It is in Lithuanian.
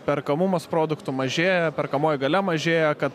perkamumas produktų mažėja perkamoji galia mažėja kad